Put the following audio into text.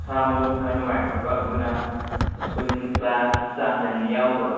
ꯃꯁꯥ ꯃꯎ ꯈꯔ ꯅꯨꯡꯉꯥꯏꯇꯕ ꯑꯗꯨꯅ ꯁ꯭ꯀꯨꯜ ꯀ꯭ꯂꯥꯁ ꯆꯥꯡ ꯅꯥꯏꯅ ꯌꯥꯎꯗꯕ